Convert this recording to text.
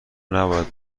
نباید